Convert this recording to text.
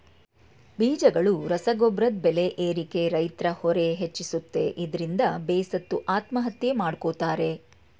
ಬೀಜಗಳು ರಸಗೊಬ್ರದ್ ಬೆಲೆ ಏರಿಕೆ ರೈತ್ರ ಹೊರೆ ಹೆಚ್ಚಿಸುತ್ತೆ ಇದ್ರಿಂದ ಬೇಸತ್ತು ಆತ್ಮಹತ್ಯೆ ಮಾಡ್ಕೋತಾರೆ